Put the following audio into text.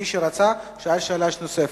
מי שרצה שאל שאלה נוספת.